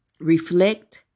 reflect